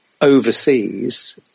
overseas